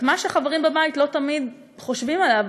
את מה שחברים בבית לא תמיד חושבים עליו,